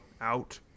out